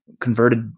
converted